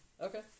Okay